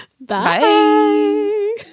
Bye